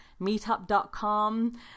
meetup.com